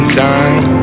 time